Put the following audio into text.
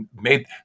made